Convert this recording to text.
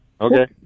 Okay